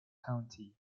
county